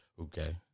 Okay